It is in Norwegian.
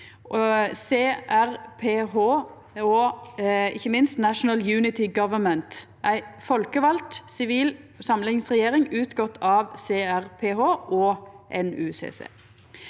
CRPH og ikkje minst National Unity Government, ei folkevald sivil samlingsregjering utgått av CRPH og NUCC.